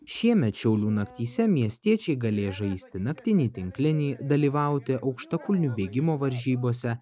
šiemet šiaulių naktyse miestiečiai galės žaisti naktinį tinklinį dalyvauti aukštakulnių bėgimo varžybose